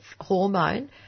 hormone